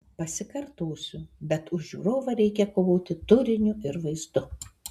pasikartosiu bet už žiūrovą reikia kovoti turiniu ir vaizdu